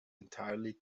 entirely